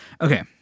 Okay